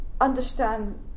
understand